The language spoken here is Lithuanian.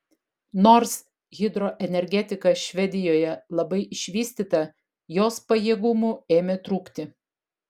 nors hidroenergetika švedijoje labai išvystyta jos pajėgumų ėmė trūkti